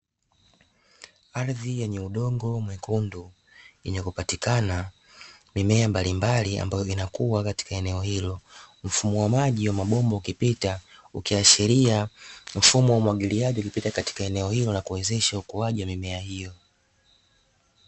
Ardhi yenye udongo mwekundu yenye kupatikana mimea mbalimbali ambayo inakua katika eneo hilo. Mfumo wa maji wa mabomba ukipita ukiashiria mfumo wa umwagiliaji ukipita katika eneo hilo na kuwezesha ukuaji wa mimea hiyo.